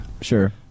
Sure